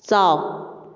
ꯆꯥꯎ